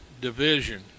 division